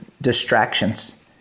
distractions